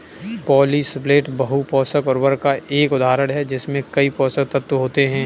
polysulphate बहु पोषक उर्वरक का एक उदाहरण है जिसमें कई पोषक तत्व होते हैं